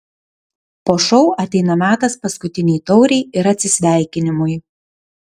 po šou ateina metas paskutinei taurei ir atsisveikinimui